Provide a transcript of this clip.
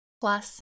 plus